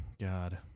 god